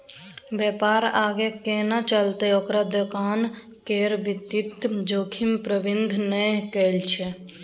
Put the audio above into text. बेपार आगाँ कोना चलतै ओकर दोकान केर वित्तीय जोखिम प्रबंधने नहि कएल छै